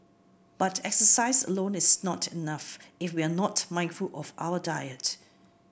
but exercise alone is not enough if we are not mindful of our diet